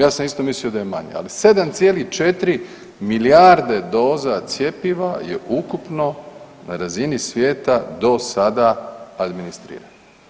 Ja sam isto mislio da je manje, ali 7,4 milijarde doza cjepiva je ukupno na razini svijeta do sada administrirano.